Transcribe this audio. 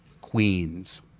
Queens